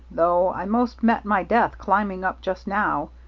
though i most met my death climbing up just now.